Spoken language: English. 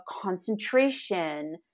concentration